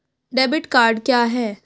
Debit card क्या है?